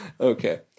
Okay